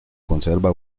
conserva